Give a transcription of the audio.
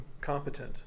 competent